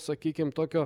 sakykim tokio